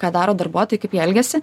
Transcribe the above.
ką daro darbuotojai kaip jie elgiasi